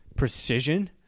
Precision